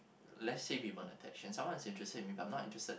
let's say we weren't attached and someone is interested in me but I'm not interested